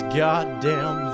goddamn